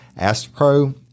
Astropro